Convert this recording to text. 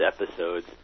episodes